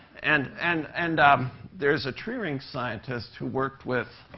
and and and um there's a tree ring scientist who worked with